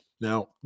now